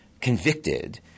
convicted